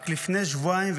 רק לפני שבועיים,